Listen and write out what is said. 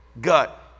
gut